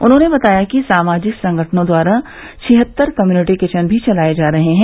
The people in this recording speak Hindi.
उन्होंने बताया कि सामाजिक संगठनों द्वारा छिहत्तर कम्युनिटी किचन भी चलाये जा रहे हैं